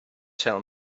tell